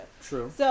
True